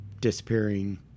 disappearing